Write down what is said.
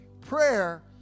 prayer